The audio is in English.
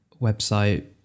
Website